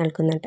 നൽകുന്നുണ്ട്